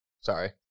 sorry